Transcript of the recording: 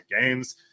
games